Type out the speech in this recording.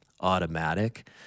automatic